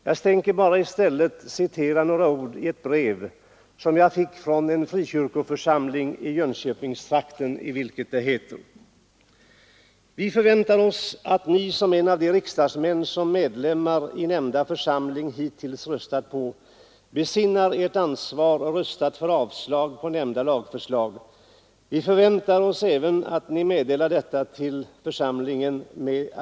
Jag vill bara återge några ord ur ett brev som jag fick från en frikyrkoförsamling i Jönköpingstrakten, i vilket det heter: ”Vi förväntar oss att Ni som en av de riksdagsmän som medlemmar i nämnda församling hitintills röstat på, besinnar Ert ansvar och röstar för avslag på nämnda lagförslag. Vi förväntar oss även att Ni meddelar detta till ———.